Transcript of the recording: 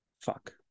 Fuck